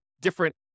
different